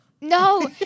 No